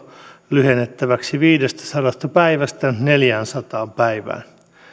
lyhennettäväksi viidestäsadasta päivästä neljäänsataan päivään